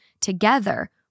together